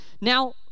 Now